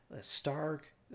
Stark